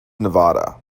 nevada